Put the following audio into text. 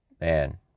man